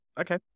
Okay